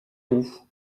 roues